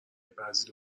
بعضی